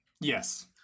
Yes